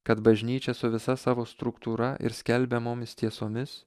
kad bažnyčia su visa savo struktūra ir skelbiamomis tiesomis